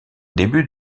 début